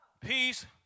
Peace